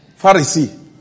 Pharisee